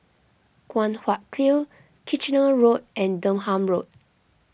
Guan Huat Kiln Kitchener Road and Durham Road